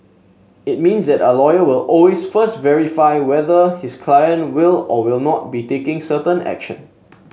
it means that a lawyer will always first verify whether his client will or will not be taking certain action